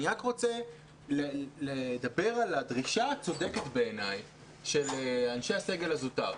אני רק רוצה לדבר על הדרישה הצודקת בעיניי של אנשי הסגל הזוטר.